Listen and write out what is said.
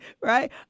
right